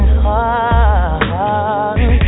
heart